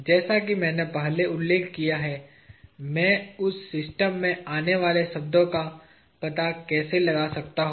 जैसा कि मैंने पहले उल्लेख किया है मैं उस समीकरण में आने वाले शब्दों का पता कैसे लगा सकता हूँ